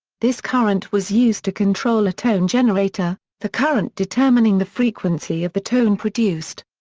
this current was used to control a tone generator, the current determining the frequency of the tone produced.